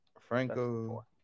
Franco